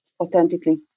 authentically